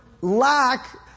lack